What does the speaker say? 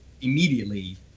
immediately